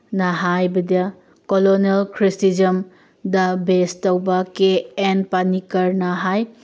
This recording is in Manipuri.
ꯅ ꯍꯥꯏꯕꯗ ꯀꯣꯂꯣꯅꯤꯌꯦꯜ ꯈ꯭ꯔꯤꯁꯇꯤꯖꯝꯗ ꯕꯦꯁ ꯇꯧꯕ ꯀꯦ ꯑꯦꯟ ꯄꯅꯤꯀꯔꯅ ꯍꯥꯏ